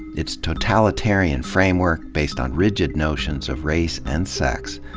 its totalitarian framework, based on rigid notions of race and sex,